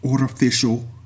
artificial